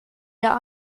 der